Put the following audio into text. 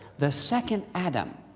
the second adam.